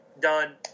done